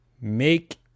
Make